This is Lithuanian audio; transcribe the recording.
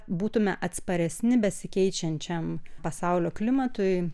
būtume atsparesni besikeičiančiam pasaulio klimatui